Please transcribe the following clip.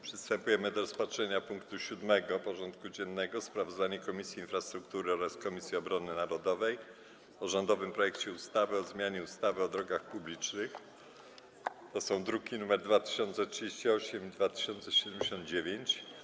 Przystępujemy do rozpatrzenia punktu 7. porządku dziennego: Sprawozdanie Komisji Infrastruktury oraz Komisji Obrony Narodowej o rządowym projekcie ustawy o zmianie ustawy o drogach publicznych (druki nr 2038 i 2079)